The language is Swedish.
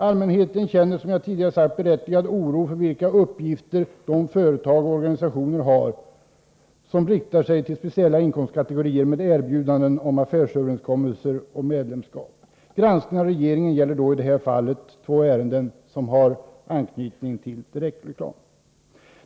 Allmänheten känner, som jag tidigare sagt, berättigad oro för vilka uppgifter de företag och organisationer har som riktar sig till speciella inkomstkategorier med erbjudande om affärsöverenskommelse eller medlemskap. Granskningen av regeringen gäller i det här fallet två ärenden som har anknytning till direktreklam.